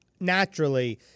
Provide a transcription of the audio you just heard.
Naturally